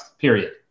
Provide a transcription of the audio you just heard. period